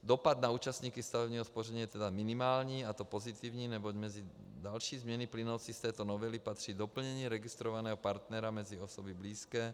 Dopad na účastníky stavebního spoření je tedy minimální, a to pozitivní, neboť mezi další změny plynoucí z této novely patří doplnění registrovaného partnera mezi osoby blízké.